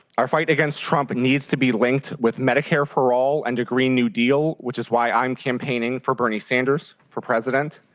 our fight against trump means to be linked with medicare for all and a green new deal, which is why i am campaigning for bernie sanders for president.